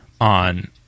on